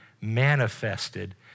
manifested